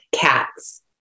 cats